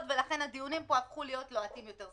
ולכן הדיונים פה הפכו להיות לוהטים יותר,